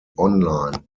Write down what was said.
online